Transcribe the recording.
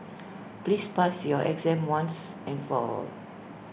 please pass your exam once and for all